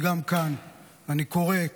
וגם כאן אני קורא,